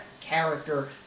character